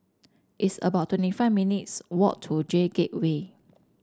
it's about twenty five minutes' walk to J Gateway